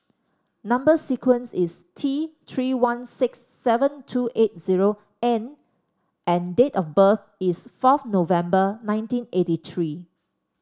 number sequence is T Three one six seven two eight zero N and date of birth is fourth November nineteen eighty three